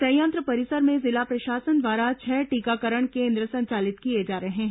संयंत्र परिसर में जिला प्रशासन द्वारा छह टीकाकरण केन्द्र संचालित किए जा रहे हैं